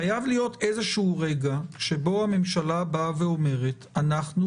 חייב להיות איזה רגע שהממשלה אומרת: אנחנו